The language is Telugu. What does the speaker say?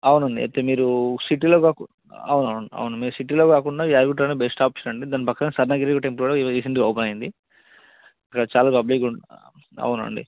అవునండి అయితే మీరు సిటీలో అవునవును అవును మీరు సిటీలో కాకుండా యాదగిరి గుట్ట అనేది బెస్ట్ ఆప్షన్ అండి దాని పక్కన స్వర్ణగిరి టెంపుల్ ఇది కూడా రీసెంట్గా ఓపెన్ అయ్యింది అక్కడ చాలా పబ్లిక్ అవునండి